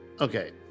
Okay